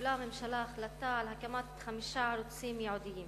קיבלה הממשלה החלטה על הקמת חמישה ערוצים ייעודיים,